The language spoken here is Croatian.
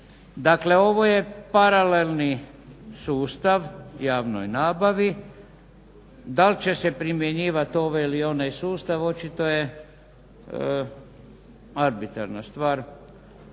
Dakle, ovo je paralelni sustav javnoj nabavi, dal će se primjenjivati ovaj ili onaj sustav očito je arbitrarna stvar,